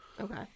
Okay